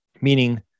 Meaning